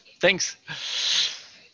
thanks